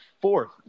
fourth